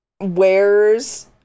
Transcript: wears